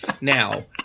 Now